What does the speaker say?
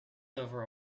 over